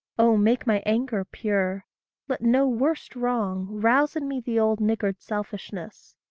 oh, make my anger pure let no worst wrong rouse in me the old niggard selfishness.